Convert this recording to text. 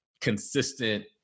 consistent